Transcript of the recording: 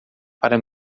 para